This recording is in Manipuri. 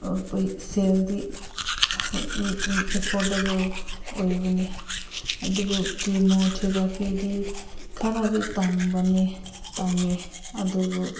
ꯁꯦꯜꯗꯤ ꯑꯦꯐꯣꯔꯗꯦꯕꯜ ꯑꯣꯏꯕꯅꯦ ꯑꯗꯨꯕꯨ ꯀꯦꯃꯣ ꯊꯦꯇꯥꯄꯤꯗꯤ ꯈꯔꯗꯤ ꯇꯥꯡꯕꯅꯦ ꯇꯥꯡꯉꯦ ꯑꯗꯨꯕꯨ